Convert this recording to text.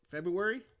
February